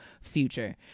future